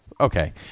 Okay